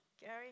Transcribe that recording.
Gary